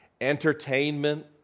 entertainment